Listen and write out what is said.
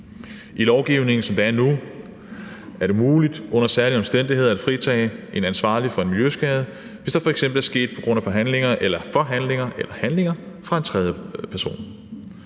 I lovgivningen, som det er nu, er det muligt under særlige omstændigheder at fritage en ansvarlig for en miljøskade, hvis det f.eks. er sket på grund af forhandlinger eller handlinger fra en tredje person,